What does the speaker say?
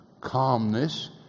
calmness